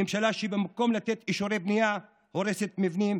ממשלה שבמקום לתת אישורי בנייה, הורסת מבנים